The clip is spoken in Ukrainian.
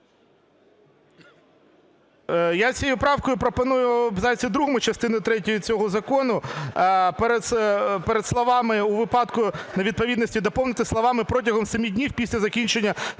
Я цією правкою пропоную в абзаці другому частини третьої цього закону перед словами "у випадку невідповідності" доповнити словами "протягом 7 днів після закінчення терміну